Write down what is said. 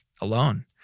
alone